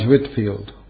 Whitfield